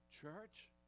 church